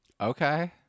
Okay